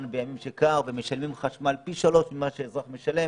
במים שקר ומשלמים על חשמל פי שלושה ממה שאזרח משלם